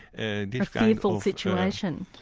and fearful situation.